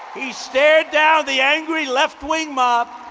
he stared down the angry, left-wing mob.